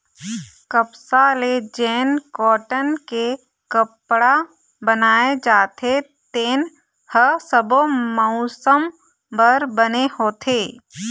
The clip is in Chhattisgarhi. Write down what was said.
कपसा ले जेन कॉटन के कपड़ा बनाए जाथे तेन ह सब्बो मउसम बर बने होथे